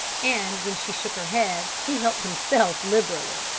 and when she shook her head, he helped himself liberally.